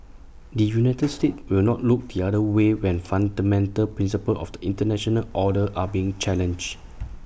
the united states will not look the other way when fundamental principles of the International order are being challenged